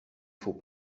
faut